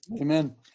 Amen